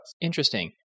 Interesting